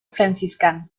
franciscano